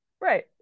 right